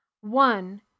one